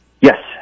Yes